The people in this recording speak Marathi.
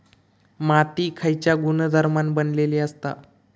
माती खयच्या गुणधर्मान बनलेली असता?